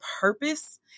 purpose